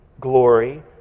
glory